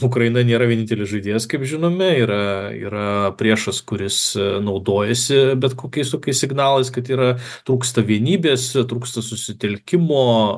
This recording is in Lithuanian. ukraina nėra vienintelis žaidėjas kaip žinome yra yra priešas kuris naudojasi bet kokiais tokiais signalais kad yra trūksta vienybės trūksta susitelkimo